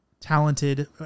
talented